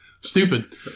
stupid